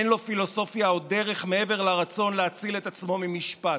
אין לו פילוסופיה או דרך מעבר לרצון להציל את עצמו ממשפט.